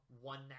One